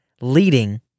leading